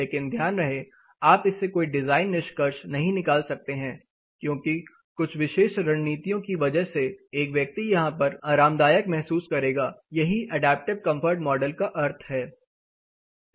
लेकिन ध्यान रहे आप इससे कोई डिजाइन निष्कर्ष नहीं निकाल सकते हैं क्योंकि कुछ विशेष रणनीतियों की वजह से एक व्यक्ति यहां पर आरामदायक महसूस करेगा यही अडैप्टिव कंफर्ट मॉडल का अर्थ है